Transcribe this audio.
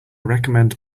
recommend